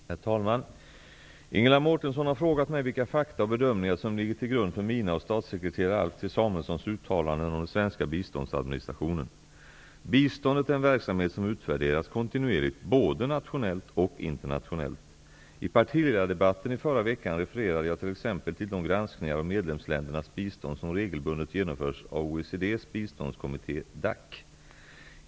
Herr talman! Ingela Mårtensson har frågat mig vilka fakta och bedömningar som ligger till grund för mina och statssekreterare Alf T Samuelssons uttalanden om den svenska biståndsadministrationen. Biståndet är en verksamhet som utvärderas kontinuerligt både nationellt och internationellt. I partiledardebatten i förra veckan refererade jag t.ex. till de granskningar av medlemsländernas bistånd som regelbundet genomförs av OECD:s biståndskommitté DAC.